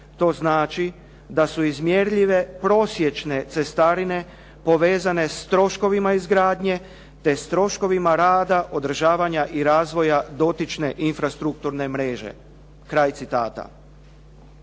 To znači da su izmjerljive prosječne cestarine povezane s troškovima izgradnje te s troškovima rada održavanja i razvoja dotične infrastrukturne mreže.", kraj citata.